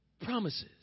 Promises